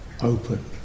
open